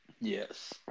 Yes